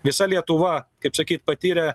visa lietuva kaip sakyt patyrė